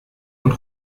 und